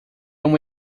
uma